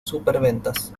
superventas